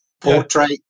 portrait